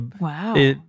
Wow